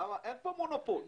אין פה מונופול.